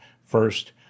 First